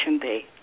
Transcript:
day